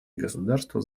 государства